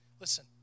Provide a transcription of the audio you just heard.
Listen